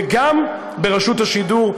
וגם ברשות השידור,